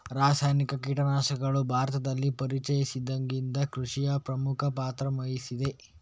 ರಾಸಾಯನಿಕ ಕೀಟನಾಶಕಗಳು ಭಾರತದಲ್ಲಿ ಪರಿಚಯಿಸಿದಾಗಿಂದ ಕೃಷಿಯಲ್ಲಿ ಪ್ರಮುಖ ಪಾತ್ರ ವಹಿಸಿದೆ